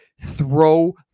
throw